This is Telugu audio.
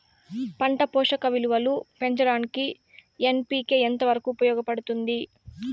పంట పోషక విలువలు పెంచడానికి ఎన్.పి.కె ఎంత వరకు ఉపయోగపడుతుంది